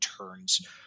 turns